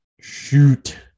Shoot